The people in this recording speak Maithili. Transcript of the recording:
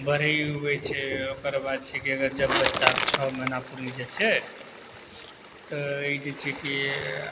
बरही हुए छै ओकरबाद छै कि अगर जब बच्चाके छओ महीना पुरि जाइ छै तऽ ई जे छै कि